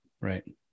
Right